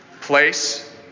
place